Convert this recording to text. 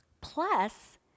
Plus